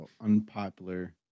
Unpopular